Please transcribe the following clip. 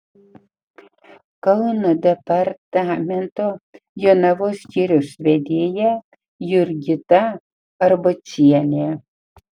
kauno departamento jonavos skyriaus vedėja jurgita arbočienė